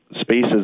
spaces